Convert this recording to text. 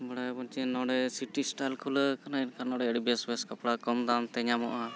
ᱵᱟᱲᱟᱭ ᱟᱵᱚᱱ ᱪᱮ ᱱᱚᱰᱮ ᱥᱤᱴᱤ ᱥᱴᱟᱭᱤᱞ ᱠᱷᱩᱞᱟᱹᱣ ᱟᱠᱟᱱᱟ ᱮᱱᱠᱷᱟᱱ ᱱᱚᱰᱮ ᱟᱹᱰᱤ ᱵᱮᱥ ᱵᱮᱥ ᱠᱟᱯᱲᱟ ᱠᱚᱢ ᱫᱟᱢᱛᱮ ᱧᱟᱢᱚᱜᱼᱟ